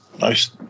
nice